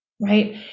right